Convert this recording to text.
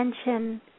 attention